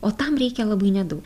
o tam reikia labai nedaug